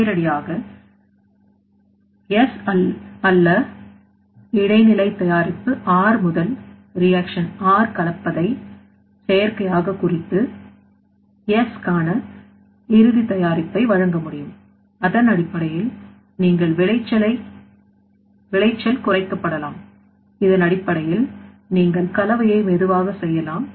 நேரடியாக S அல்ல இடைநிலை தயாரிப்பு R முதல் reaction R கலப்பதை செயற்கையாக குறித்து S காண இறுதி தயாரிப்பை வழங்க முடியும் அதன் அடிப்படையில் உங்கள் விளைச்சல் குறைக்கப்படலாம் இதன் அடிப்படையில் நீங்கள் கலவையை மெதுவாக செய்யலாம்